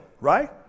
right